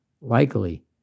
likely